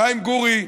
חיים גורי,